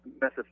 message